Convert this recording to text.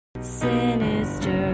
Sinister